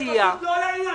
פשוט לא לעניין.